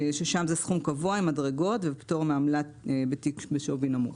ששם זה סכום קבוע עם מדרגות ופטור מעמלה בתיק בשווי נמוך.